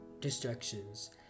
distractions